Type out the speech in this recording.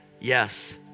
Yes